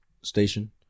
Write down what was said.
station